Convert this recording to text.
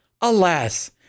Alas